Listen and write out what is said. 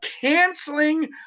canceling